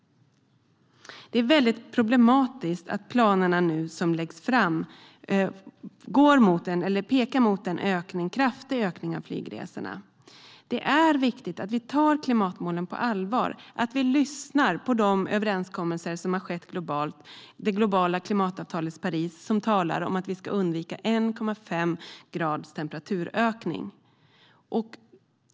Det är problematiskt att de planer som läggs fram pekar på en kraftig ökning av flygresorna. Det är viktigt att vi tar klimatmålen på allvar och lyssnar på de överenskommelser som har skett globalt, till exempel det globala klimatavtalet från Paris, som talar om att vi ska undvika 1,5 graders temperaturökning.